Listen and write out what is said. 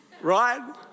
right